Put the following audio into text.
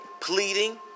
pleading